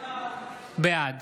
בעד